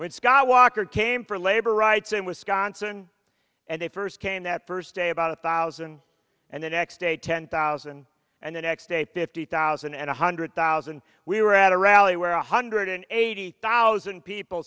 scott walker came for labor rights in wisconsin and they first came that first day about a thousand and the next day ten thousand and the next day fifty thousand and one hundred thousand we were at a rally where one hundred eighty thousand people